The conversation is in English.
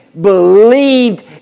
believed